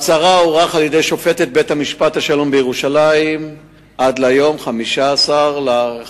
מעצרה הוארך על-ידי שופטת בית-משפט השלום בירושלים עד ל-15 בנובמבר